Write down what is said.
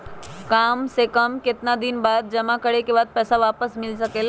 काम से कम केतना दिन जमा करें बे बाद पैसा वापस मिल सकेला?